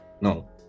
no